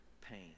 pain